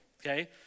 okay